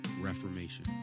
reformation